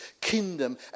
kingdom